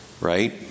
right